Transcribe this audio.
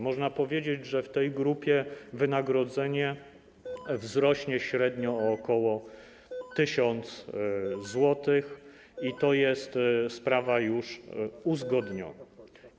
Można powiedzieć, że w tej grupie wynagrodzenie wzrośnie średnio o około 1 tys. zł, to jest sprawa już uzgodniona.